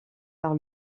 par